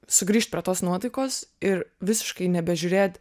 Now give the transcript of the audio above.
sugrįžt prie tos nuotaikos ir visiškai nebežiūrėt